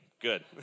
good